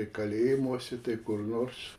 kalėjimuose tai kur nors